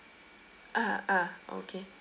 ah ah okay